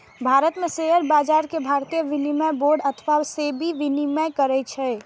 भारत मे शेयर बाजार कें भारतीय विनिमय बोर्ड अथवा सेबी विनियमित करै छै